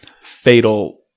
fatal